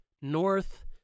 north